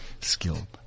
skill